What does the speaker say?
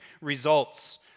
results